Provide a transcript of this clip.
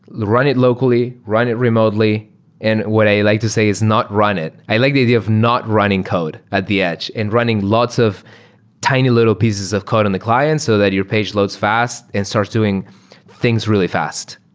run it locally, run it remotely and what i like to say is not run it. i like the idea of not running code at the edge and running lots of tiny little pieces of code in the client so that your page loads fast and starts doing things really fast.